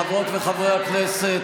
חברות וחברי הכנסת,